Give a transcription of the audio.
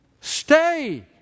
Stay